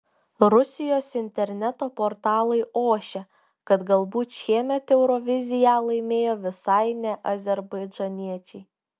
rusijos interneto portalai ošia kad galbūt šiemet euroviziją laimėjo visai ne azerbaidžaniečiai